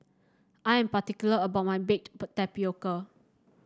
I am particular about my Baked Tapioca